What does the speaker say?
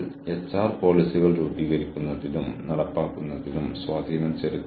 നെറ്റ്വർക്കുചെയ്ത ഓർഗനൈസേഷനുകളെ സംബന്ധിച്ചിടത്തോളം ഇത് ശരിക്കും ഭാവിയിലേക്കുള്ള കാഴ്ചപ്പാടാണ്